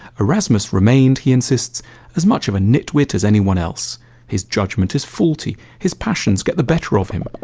erasmus remained he insists as much of a nitwit as anyone else his judgement is faulty, his passions get the better of him,